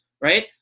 Right